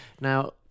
Now